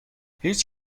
هیچ